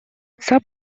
отца